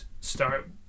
start